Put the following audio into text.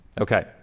Okay